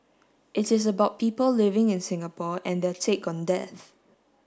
it is about people living in Singapore and their take on death